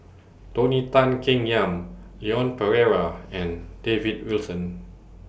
Tony Tan Keng Yam Leon Perera and David Wilson